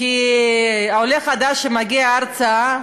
כי עולה חדש שמגיע ארצה,